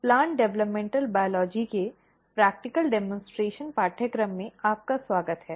plant developmental biology के practical demonstration पाठ्यक्रम में आपका स्वागत है